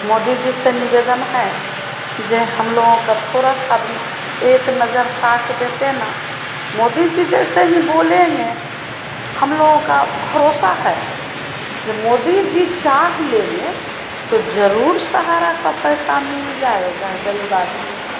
मोदी जी से निवेदन है जो हमलोगों को थोड़ा सा भी एक नज़र ताक देते न मोदी जी जैसे ही बोलेंगे हमलोगों को भरोसा है जो मोदी जी चाह लेंगे तो ज़रूर सहारा का पैसा मिल जाएगा गरीब आदमी को